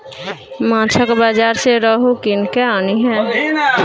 माछक बाजार सँ रोहू कीन कय आनिहे